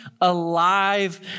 alive